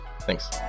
thanks